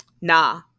Nah